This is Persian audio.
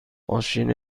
ماشین